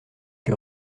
que